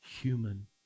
human